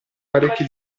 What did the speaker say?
parecchi